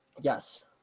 Yes